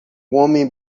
homem